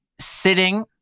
sitting